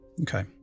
Okay